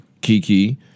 Kiki